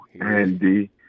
Andy